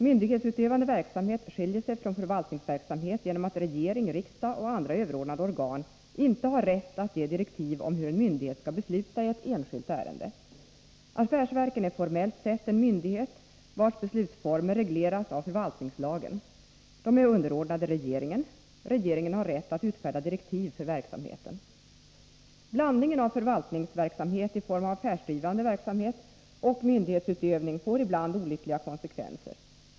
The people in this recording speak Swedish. Myndighetsutövande verksamhet skiljer sig från förvaltningsverksamhet genom att regering, riksdag och andra överordnade organ inte har rätt att ge direktiv om hur en myndighet skall besluta i ett enskilt ärende. Ett affärsverk är formellt sett en myndighet, vars beslutsformer regleras av förvaltningslagen. Det är underordnat regeringen. Regeringen har rätt att utfärda direktiv för verksamheten. Blandningen av förvaltningsverksamhet — i form av affärsdrivande verksamhet — och myndighetsutövning får ibland olyckliga konsekvenser.